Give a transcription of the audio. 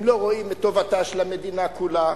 הם לא רואים את טובתה של המדינה כולה.